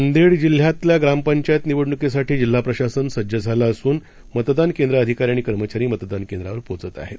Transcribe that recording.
नांदेडजिल्ह्यातल्याग्रामपंचायतींच्यानिवडणूकीसाठीजिल्हाप्रशासनसज्जझालंअसूनमतदानकेंद्रअधिकारीआणिकर्मचारीमतदान केंद्रावरपोहचतआहेत